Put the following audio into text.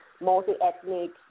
multi-ethnic